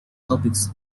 topics